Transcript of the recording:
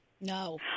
No